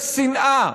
יש שנאה.